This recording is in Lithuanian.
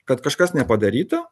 kad kažkas nepadaryta